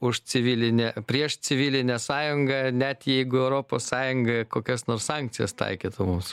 už civilinę prieš civilinę sąjungą net jeigu europos sąjunga kokias nors sankcijas taikytų mums